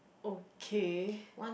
okay